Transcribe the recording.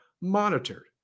monitored